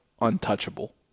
untouchable